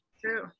True